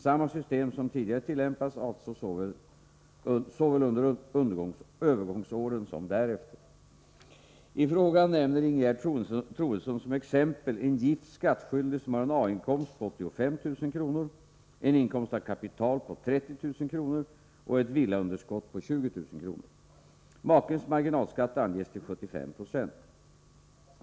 Samma system som tidigare tillämpas alltså såväl under övergångsåren som därefter. I frågan nämner Ingegerd Troedsson som exempel en gift skattskyldig som har en A-inkomst på 85 000 kr., en inkomst av kapital på 30 000 kr. och ett villaunderskott på 20 000 kr. Makens marginalskatt anges till 75 70.